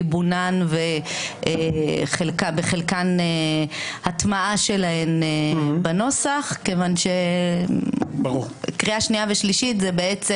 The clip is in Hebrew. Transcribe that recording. ליבונן ובחלקן הטמעה שלהן בנוסח כיוון שקריאה שנייה ושלישית זה בעצם